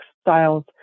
styles